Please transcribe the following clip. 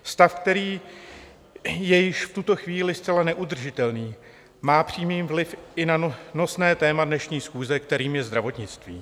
Stav, který je již v tuto chvíli zcela neudržitelný, má přímý vliv i na nosné téma dnešní schůze, kterým je zdravotnictví.